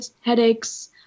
headaches